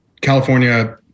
California